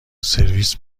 سرویس